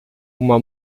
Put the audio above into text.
uma